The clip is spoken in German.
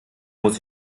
muss